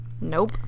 Nope